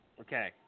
Okay